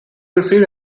received